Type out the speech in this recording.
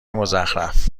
مزخرف